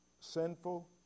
sinful